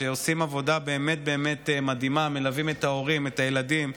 שעושה עבודה באמת באמת מדהימה מלווים את ההורים והילדים,